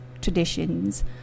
traditions